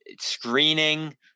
screening